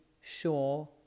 sure